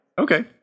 okay